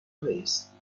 بایستید